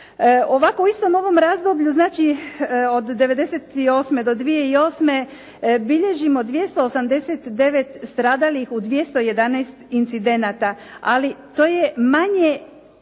Ovako, u istom ovom razdoblju znači od '98. do 2008. bilježimo 289 stradalih u 211 incidenata, ali to je manje